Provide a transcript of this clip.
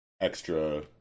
extra